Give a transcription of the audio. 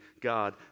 God